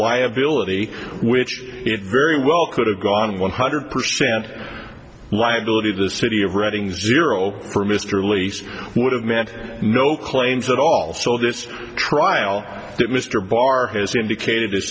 liability which it very well could have gone one hundred percent liability the city of reading zero for mr leask would have meant no claims that all so this trial that mr barr has indicated